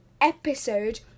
episode